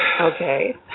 Okay